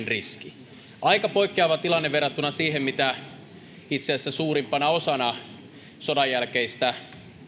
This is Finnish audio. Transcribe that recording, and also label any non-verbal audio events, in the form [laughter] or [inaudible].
[unintelligible] riski aika poikkeava tilanne verrattuna siihen mitä itse asiassa suurimpana osana sodanjälkeistä